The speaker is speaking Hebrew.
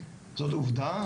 זאת עובדה,